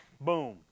boom